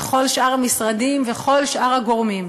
וכל שאר המשרדים וכל שאר הגורמים,